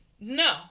No